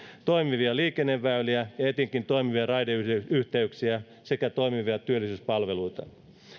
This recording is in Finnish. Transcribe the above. toimivia liikenneväyliä ja etenkin toimivia raideyhteyksiä sekä toimivia työllisyyspalveluita